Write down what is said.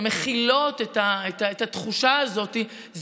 הן מכילות את התחושה הזאת,